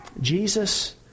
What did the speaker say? Jesus